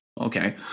Okay